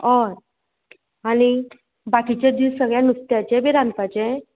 ओय आनी बाकिचे दीस सगळें नुस्त्याचे बी रांदपाचें